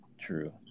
True